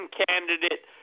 candidate